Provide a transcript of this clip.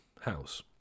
house